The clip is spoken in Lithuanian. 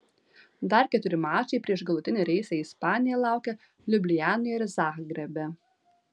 dar keturi mačai prieš galutinį reisą į ispaniją laukia liublianoje ir zagrebe